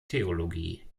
theologie